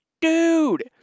Dude